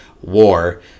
war